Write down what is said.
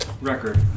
record